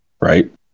right